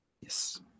Yes